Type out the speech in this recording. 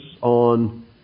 on